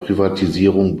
privatisierung